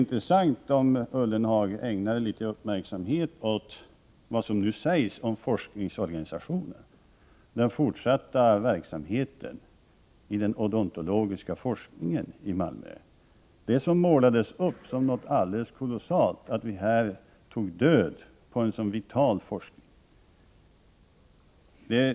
Det vore bra om Jörgen Ullenhag ägnade litet uppmärksamhet åt vad som sägs i budgetpropositionen om forskningsorganisationen och om den fortsatta verksamheten inom den odontologiska forskningen i Malmö. Ni hävdade i fjol att vi skulle ta död på en vital forskning.